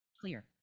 Clear